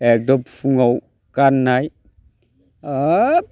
एखदम फुङाव गाननाय हाब